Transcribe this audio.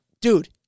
dude